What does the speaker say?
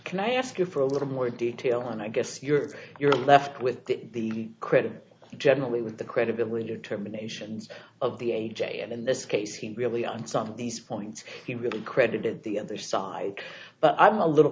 can i ask you for a little more detail and i guess you're you're left with the credit generally with the credibility or terminations of the a j and in this case he really on some of these points he really credited the other side but i'm a little